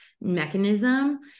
mechanism